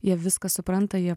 jie viską supranta jie